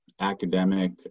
academic